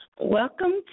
Welcome